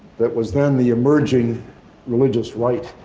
that was then the emerging religious right